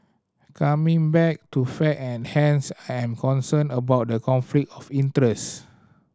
coming back to fact and hands I am concerned about the conflict of interest